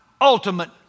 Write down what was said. ultimate